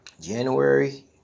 January